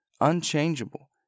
unchangeable